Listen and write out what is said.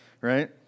right